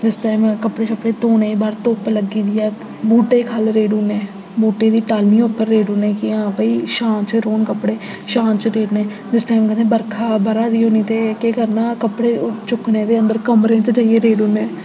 जिस टाइम कपड़े शपड़े धोने बाह्र धुप्प लग्गी दी ऐ बूह्टे खल्ल रेड़ी ओड़ने बूह्टे दी टाल्लियें उप्पर रेड़ूड़ ने कि हां भाई छां च रौह्न कपड़े छां च रेड़ ने जिस टाइम कदें बरखा ब'रै दी होनी ते केह् करना कपड़े चुक्कने ते अंदर कमरें च जाइयै रेड़ी ओड़ने